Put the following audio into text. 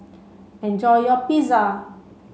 enjoy your Pizza